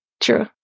true